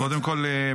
קודם כול,